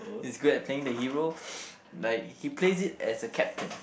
he's good at playing the hero like he plays it as a captain